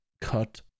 cut